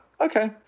Okay